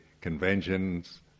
conventions